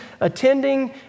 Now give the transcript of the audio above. attending